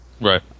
Right